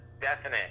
definite